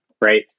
right